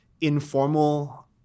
informal